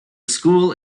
school